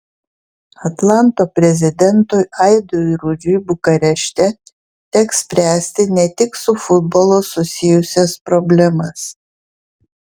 atlanto prezidentui aidui rudžiui bukarešte teks spręsti ne tik su futbolu susijusias problemas